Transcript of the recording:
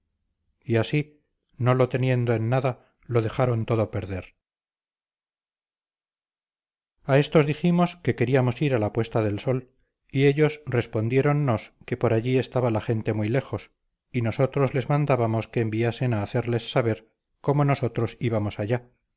y así no lo teniendo en nada lo dejaron todo perder a éstos dijimos que queríamos ir a la puesta de sol y ellos respondiéronnos que por allí estaba la gente muy lejos y nosotros les mandábamos que enviasen a hacerles saber cómo nosotros íbamos allá